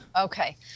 okay